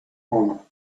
honor